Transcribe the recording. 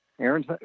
Aaron's